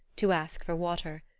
to ask for water.